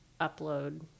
upload